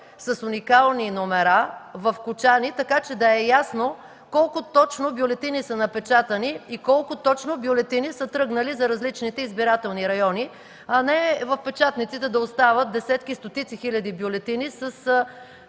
с уникални номера, в кочани, така че да е ясно колко точно бюлетини са напечатани и колко точно бюлетини са тръгнали за различните избирателни райони, а не в печатниците да остават десетки и стотици хиляди бюлетини с